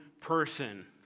person